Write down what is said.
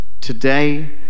today